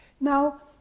Now